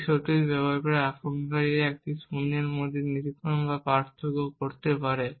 এই সত্যটি ব্যবহার করে আক্রমণকারী একটি শূন্যের মধ্যে নিরীক্ষণ বা পার্থক্য করতে পারে